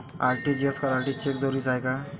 RTGS करासाठी cheque जरुरीचा हाय काय?